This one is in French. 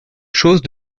chose